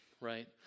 right